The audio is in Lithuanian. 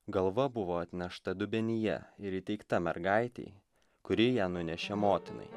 galva buvo atnešta dubenyje ir įteikta mergaitei kuri ją nunešė motinai